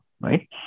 right